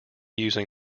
using